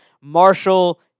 Marshall